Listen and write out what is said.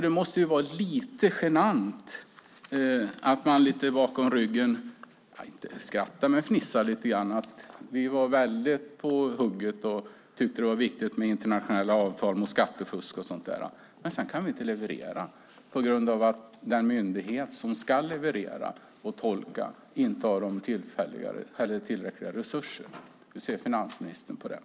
Det måste vara lite genant att andra lite bakom ryggen fnissar över att Sverige var väldigt på hugget och tyckte att det var viktigt med internationella avtal mot skattefusk och så där, och sedan kan vi inte leverera på grund av att den myndighet som ska leverera och tolka informationen inte har tillräckliga resurser. Hur ser finansministern på detta?